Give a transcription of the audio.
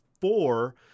four